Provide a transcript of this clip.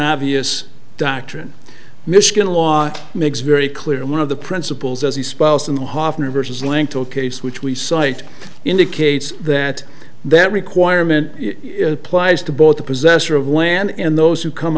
obvious doctrine michigan law makes very clear one of the principles as the spouse in the hoffman versus linked to a case which we cite indicates that that requirement applies to both the possessor of land and those who come